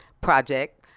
project